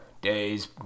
days